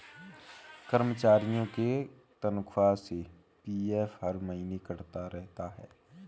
कर्मचारियों के तनख्वाह से पी.एफ हर महीने कटता रहता है